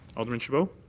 alderman chabot?